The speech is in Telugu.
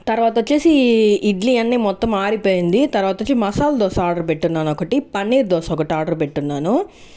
తర్వాత వచ్చేసి ఇడ్లీ అన్నిమొత్తం ఆరిపోయింది తర్వాత వచ్చి మసాల దోశ ఆర్డర్ పెట్టున్నాను ఒకటి పన్నీర్ దోశ ఒకటి ఆర్డర్ పెట్టున్నాను